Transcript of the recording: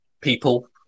people